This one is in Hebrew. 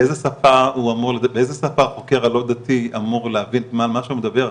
באיזה שפה החוקר הלא דתי אמור להבין מה שהוא מדבר,